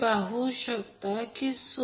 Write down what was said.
8° 120° आहे म्हणून ते 141